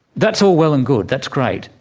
that's all well and good, that's great,